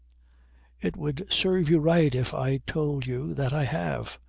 it would serve you right if i told you that i have.